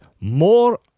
more